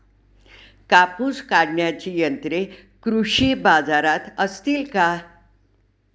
कापूस काढण्याची यंत्रे कृषी बाजारात असतील का?